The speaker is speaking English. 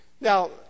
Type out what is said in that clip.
Now